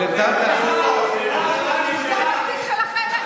נציג שלך.